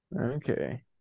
Okay